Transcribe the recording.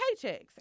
paychecks